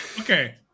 Okay